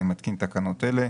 אני מתקין תקנות אלה: